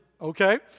okay